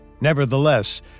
Nevertheless